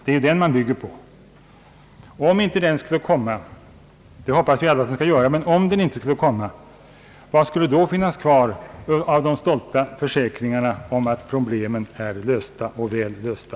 Vi hoppas alla att den uppgången skall komma, men om den inte gör det, vad skulle då finnas kvar av de stolta försäkringarna om att problemen är lösta och väl lösta?